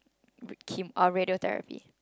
rad~ chem~ uh radiotherapy